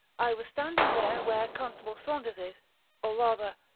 i was standing there, where constable saunders is or rather,